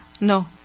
No